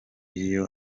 iyo